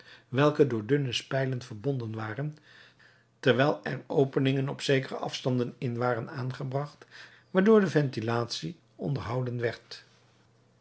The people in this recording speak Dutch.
welke door dunne spijlen verbonden waren terwijl er openingen op zekere afstanden in waren aangebracht waardoor de ventilatie onderhouden werd